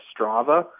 Strava